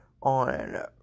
on